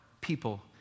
people